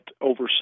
over